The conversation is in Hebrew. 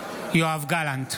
יואב גלנט,